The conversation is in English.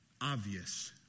obvious